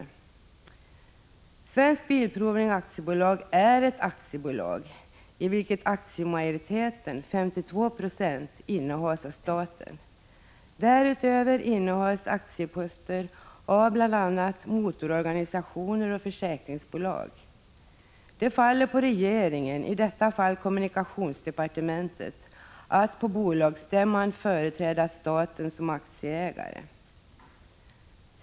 AB Svensk Bilprovning är ett aktiebolag, i vilket aktiemajoriteten — 52 9o —- innehas av staten. Därutöver innehas aktieposter av bl.a. motororganisationer och försäkringsbolag. Det ankommer på regeringen, i detta fall kommunikationsdepartementet, att på bolagsstämma företräda staten som aktieägare.